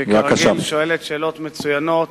שכרגיל שואלת שאלות מצוינות.